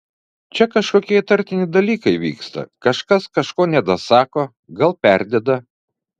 čia kažkokie įtartini dalykai vyksta kažkas kažko nedasako gal perdeda